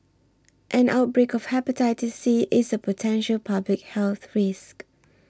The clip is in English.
an outbreak of Hepatitis C is a potential public health risk